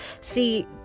see